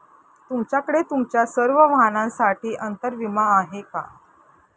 तुमच्याकडे तुमच्या सर्व वाहनांसाठी अंतर विमा आहे का